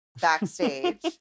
backstage